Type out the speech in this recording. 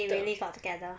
they really got together